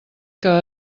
que